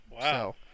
Wow